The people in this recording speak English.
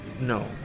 no